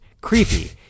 creepy